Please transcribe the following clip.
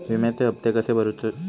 विम्याचे हप्ते कसे भरूचो शकतो?